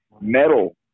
metal